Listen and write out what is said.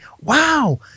wow